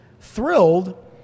thrilled